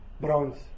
bronze